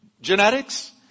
genetics